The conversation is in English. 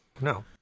No